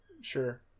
Sure